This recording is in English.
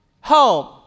home